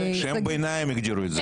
שם ביניים, הגדירו את זה.